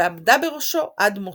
ועמדה בראשו עד מותה.